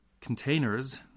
containers